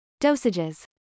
Dosages